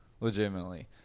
Legitimately